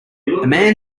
man